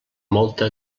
molta